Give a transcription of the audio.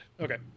Okay